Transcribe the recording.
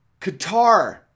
Qatar